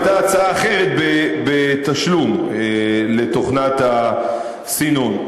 הייתה הצעה אחרת בתשלום לתוכנת הסינון.